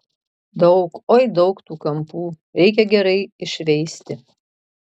daug oi daug tų kampų reikia gerai iššveisti